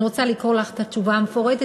אני רוצה לקרוא לך את התשובה המפורטת,